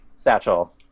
satchel